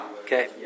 Okay